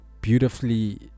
beautifully